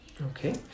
Okay